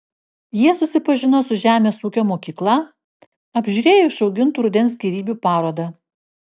jie susipažino su žemės ūkio mokykla apžiūrėjo išaugintų rudens gėrybių parodą